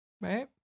Right